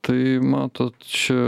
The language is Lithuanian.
tai matot čia